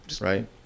Right